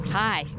hi